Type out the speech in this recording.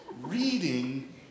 reading